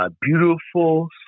Beautiful